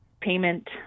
payment